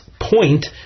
point